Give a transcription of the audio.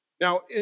Now